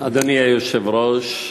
אדוני היושב-ראש,